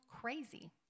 crazy